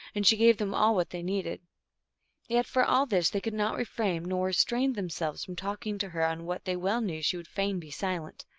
and she gave them all what they needed yet, for all this, they could not refrain nor restrain themselves from talking to her on what they well knew she would fain be silent.